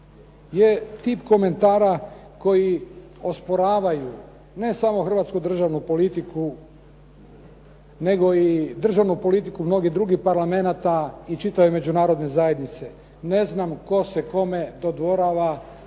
je tip komentara koji osporavaju ne samo hrvatsku državnu politiku nego i državnu politiku mnogih drugih parlamenata i čitave međunarodne zajednice. Ne znam tko se kome dodvorava